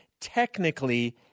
technically –